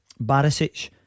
Barisic